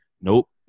nope